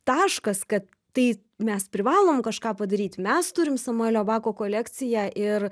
taškas kad tai mes privalom kažką padaryt mes turim samuelio bako kolekciją ir